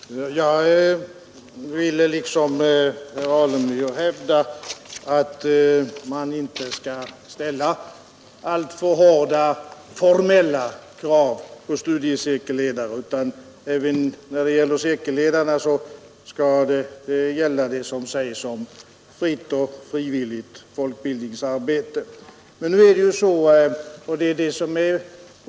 Herr talman! Jag vill liksom herr Alemyr hävda att man inte skall ställa alltför höga krav på studiecirkelledarna, utan även för dessa bör det gälla som sägs om ett fritt och frivilligt folkbildningsarbete.